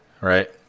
right